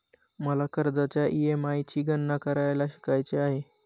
मला कर्जाच्या ई.एम.आय ची गणना करायला शिकायचे आहे